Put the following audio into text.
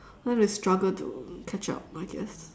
then they struggle to catch up I guess